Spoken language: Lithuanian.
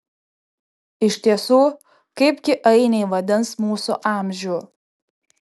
iš tiesų kaipgi ainiai vadins mūsų amžių